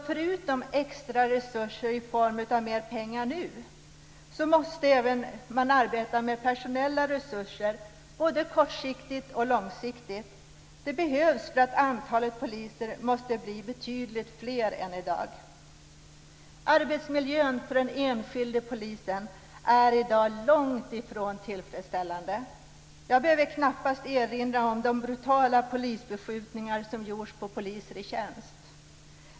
Förutom de extra resurserna i form av mer pengar nu måste man även arbeta med personella resurser både kortsiktigt och långsiktigt. Det behövs. Antalet poliser måste bli betydligt fler än i dag. Arbetsmiljön för den enskilde polisen är i dag långt ifrån tillfredsställande. Jag behöver knappast erinra om de brutala polisbeskjutningar som gjorts mot poliser i tjänst.